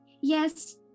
yes